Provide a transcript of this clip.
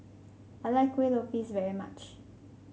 I like Kueh Lopes very much